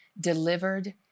delivered